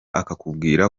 akakubwira